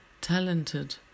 talented